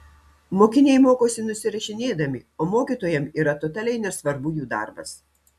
mokiniai mokosi nusirašinėdami o mokytojam yra totaliai nesvarbu jų darbas